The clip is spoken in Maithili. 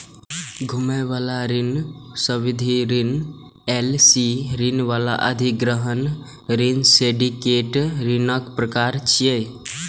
घुमै बला ऋण, सावधि ऋण, एल.सी ऋण आ अधिग्रहण ऋण सिंडिकेट ऋणक प्रकार छियै